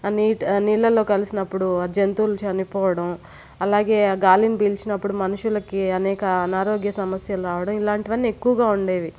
ఆ నీటి నీళ్లలో కలిసినప్పుడు ఆ జంతువులు చనిపోవడం అలాగే ఆ గాలిని పీల్చినప్పుడు మనుషులకి అనేక అనారోగ్య సమస్యలు రావడం ఇలాంటివన్నీ ఎక్కువగా ఉండేవి